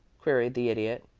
queried the idiot.